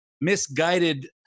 misguided